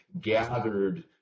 gathered